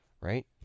right